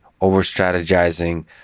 over-strategizing